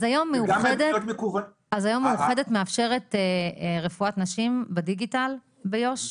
אז היום מאוחדת מאפשרת רפואת נשים בדיגיטל ביהודה ושומרון.